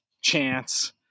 chance